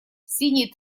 синий